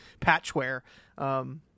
patchware